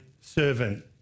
servant